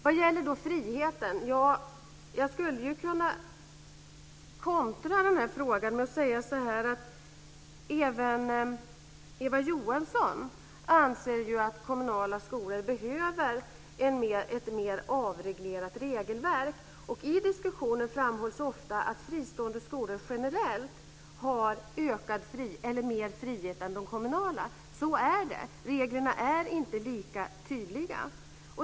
Vad gäller frågan om friheten skulle jag kunna kontra med att säga att även Eva Johansson ju anser att kommunala skolor behöver ett mer avreglerat regelverk. I diskussionen framhålls det ofta att fristående skolor generellt har mer frihet än de kommunala. Så är det. Deras regler är inte lika tydliga.